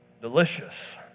delicious